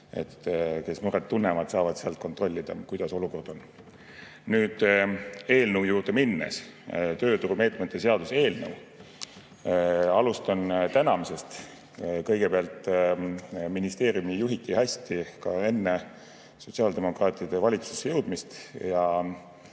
Kes muret tunnevad, saavad sealt kontrollida, kuidas olukord on. Nüüd eelnõu juurde minnes, tööturumeetmete seaduse eelnõu. Alustan tänamisest. Kõigepealt, ministeeriumi juhiti hästi ka enne sotsiaaldemokraatide valitsusse jõudmist ja